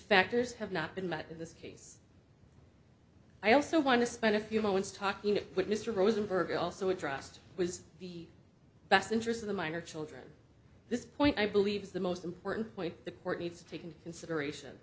factors have not been met in this case i also want to spend a few moments talking with mr rosenberg also addressed was the best interest of the minor children this point i believe is the most important point the court needs to take into consideration